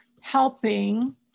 helping